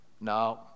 No